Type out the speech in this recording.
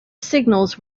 signals